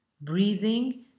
Breathing